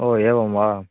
हो एवं वा